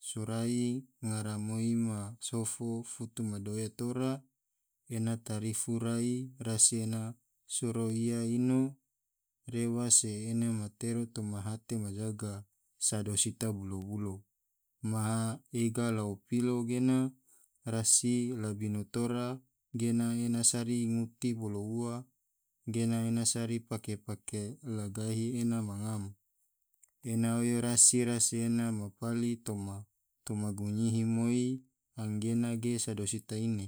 sorai ngaramoi masofo futu madoya tora, ena tarifu rai rasi ena soro ia ino rewa se ena matera toma hate majaga sado sita bulo-bulo, maha ega lao pilo gena rasi labino tora gena ena sari nguti bolo ua, gena ena sari pake-pake la gahi ena ma ngam, ena oyo rasi ena ma pali toma gunyihi moi anggena ge sado sita ine